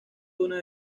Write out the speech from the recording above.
una